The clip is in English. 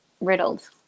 riddled